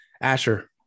asher